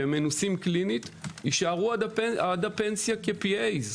שהם מנוסים קלינית, יישארו עד הפנסיה כ-PA.